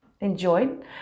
enjoyed